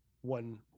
one